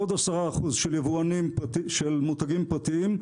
עוד 10% של מותגים פרטיים,